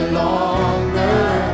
longer